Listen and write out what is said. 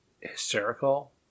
Hysterical